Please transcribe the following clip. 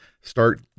start